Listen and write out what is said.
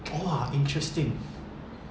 !whoa! interesting